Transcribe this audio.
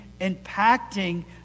impacting